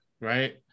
right